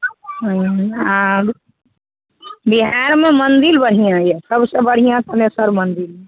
आओर बिहारमे मन्दिर बढ़िआँ अइ सबसँ बढ़िआँ थनेसर मन्दिर